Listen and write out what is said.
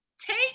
take